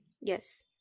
Yes